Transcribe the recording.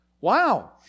Wow